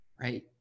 right